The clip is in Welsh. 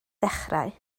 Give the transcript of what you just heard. ddechrau